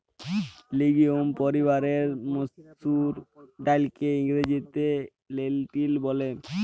legume পরিবারের মসুর ডাইলকে ইংরেজিতে লেলটিল ব্যলে